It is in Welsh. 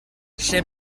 lle